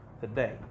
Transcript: today